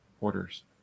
orders